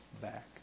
back